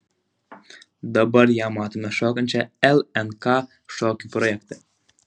dabar ją matome šokančią lnk šokių projekte